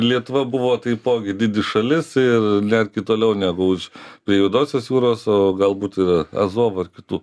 lietuva buvo taipogi didi šalis ir net gi toliau negu už prie juodosios jūros o galbūt ir azovo ir kitų